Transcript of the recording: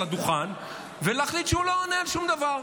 הדוכן ולהחליט שהוא לא עונה על שום דבר.